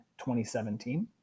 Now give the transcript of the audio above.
2017